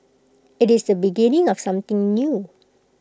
IT is the beginning of something new